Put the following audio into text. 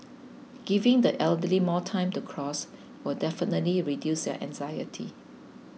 giving the elderly more time to cross will definitely reduce their anxiety